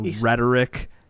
Rhetoric